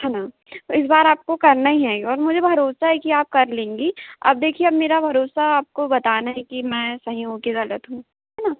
है न इस बार आपको करना ई है और मुझे भरोसा है कि आप कर लेंगी अब देखिए अब मेरा भरोसा आपको बताना है कि मैं सही हूँ कि गलत हूँ है न